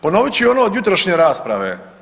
Ponovit ću i ono od jutrošnje rasprave.